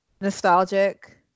nostalgic